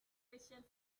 patient